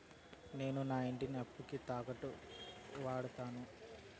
నేను నా ఇంటిని అప్పుకి తాకట్టుగా వాడాను